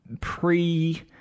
pre